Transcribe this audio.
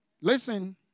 Listen